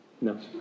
No